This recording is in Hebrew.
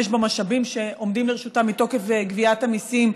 במשאבים שעומדים לרשותה מתוקף גביית המיסים,